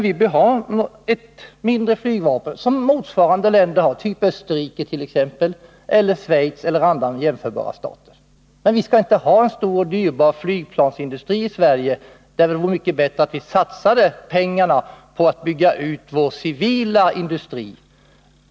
Vi bör ha ett mindre flygvapen, som Österrike, Schweiz eller andra jämförbara stater har. Men vi skall inte ha en stor och dyrbar flygplansindustrii Sverige. Det vore mycket bättre att satsa pengarna på att bygga ut vår civila industri.